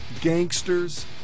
gangsters